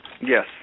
Yes